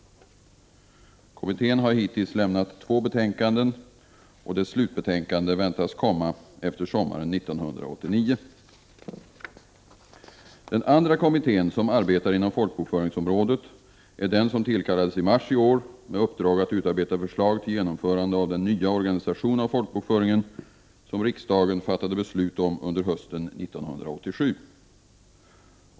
Kommittén har hittills lämnat två betänkanden, och dess slutbetänkande väntas komma efter sommaren 1989. Den andra kommittén som arbetar inom folkbokföringsområdet är den som tillkallades i mars i år med uppdrag att utarbeta förslag till genomförande av den nya organisation av folkbokföringen som riksdagen fattade beslut om under hösten 1987.